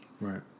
Right